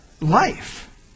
life